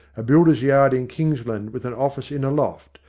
a builder's yard in kingsland with an office in a loft,